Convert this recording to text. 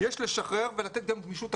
יש לשחרר ולתת גם גמישות תקציבית.